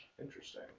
Interesting